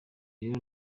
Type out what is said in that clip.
rero